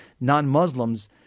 non-Muslims